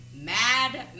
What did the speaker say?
Mad